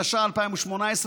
התשע"ח 2018,